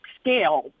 scale